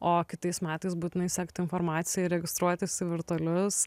o kitais metais būtinai sekti informaciją ir registruotis į virtualius